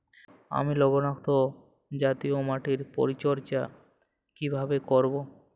আমি লবণাক্ত জাতীয় মাটির পরিচর্যা কিভাবে করব?